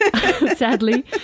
Sadly